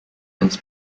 eines